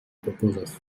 proposals